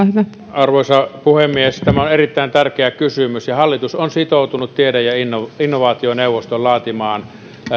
arvoisa puhemies tämä on erittäin tärkeä kysymys ja hallitus on sitoutunut tiede ja innovaationeuvoston laatimaan